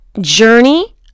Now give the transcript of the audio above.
journey